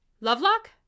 Lovelock